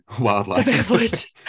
wildlife